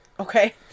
Okay